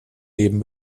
leben